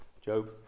Job